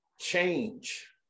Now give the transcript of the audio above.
Change